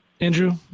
Andrew